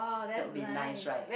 that would be nice right